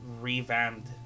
revamped